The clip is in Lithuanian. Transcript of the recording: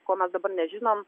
ko mes dabar nežinom